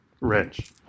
wrench